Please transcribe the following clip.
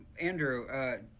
Andrew